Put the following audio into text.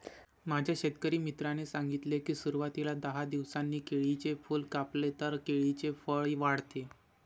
माझ्या शेतकरी मित्राने सांगितले की, सुरवातीला दहा दिवसांनी केळीचे फूल कापले तर केळीचे फळ वाढते